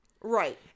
Right